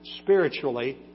spiritually